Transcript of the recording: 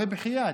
הרי בחייאת,